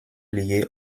liée